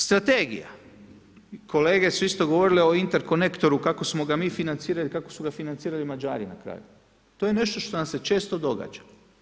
Strategija, kolege su isto govorile o Inter konektoru kako smo ga mi financirali i kako su ga financirali Mađari na kraju, to je nešto što nam se često događa.